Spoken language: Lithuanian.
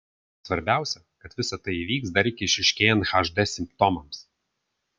svarbiausia kad visa tai įvyks dar iki išryškėjant hd simptomams